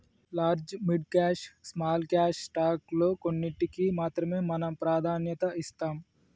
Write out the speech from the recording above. large mid cap small cap stock లో కొన్నింటికీ మాత్రమే మనం ప్రాధాన్యత ఇస్తాం